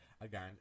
Again